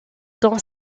dans